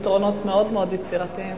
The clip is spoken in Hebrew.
פתרונות מאוד יצירתיים.